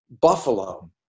buffalo